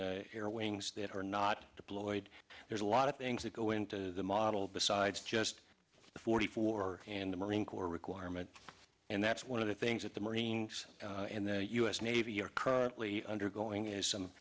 the air wings that are not deployed there's a lot of things that go into the model besides just the forty four and the marine corps requirement and that's one of the things that the marines and the u s navy are currently undergoing is some